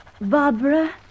Barbara